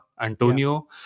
Antonio